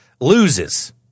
loses